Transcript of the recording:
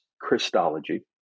Christology